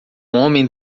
homem